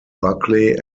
buckley